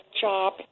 job